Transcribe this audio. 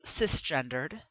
cisgendered